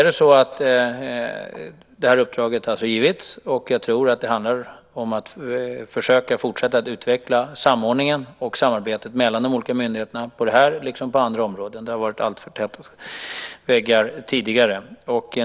Detta uppdrag har alltså getts, och jag tror att det handlar om att man ska försöka fortsätta att utveckla samordningen och samarbetet mellan de olika myndigheterna på detta liksom på andra områden. Det har varit alltför täta väggar tidigare.